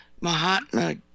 Mahatma